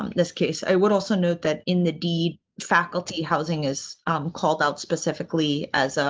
um this case i would also note that in the deed faculty housing is called out specifically as.